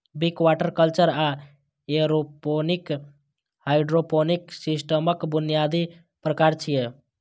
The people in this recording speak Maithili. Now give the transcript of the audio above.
विक, वाटर कल्चर आ एयरोपोनिक हाइड्रोपोनिक सिस्टमक बुनियादी प्रकार छियै